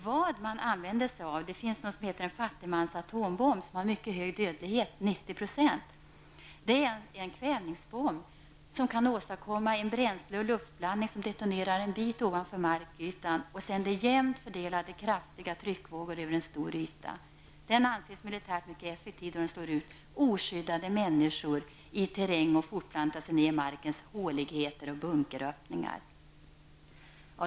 Det finns någonting som kallas fattigmans atombomb, som har mycket hög dödlighet, 90 %. Det är en kvävningsbomb som kan åstadkomma en bränsle och luftblandning vilken detonerar en bit ovanför markytan och sänder jämnt fördelade kraftiga tryckvågor över en stor yta. Den anses militärt vara mycket effektiv, då den slår ut oskyddade människor i terräng och fortplantar sig ner i markens håligheter och bunkeröppningar.